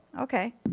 Okay